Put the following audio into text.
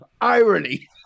irony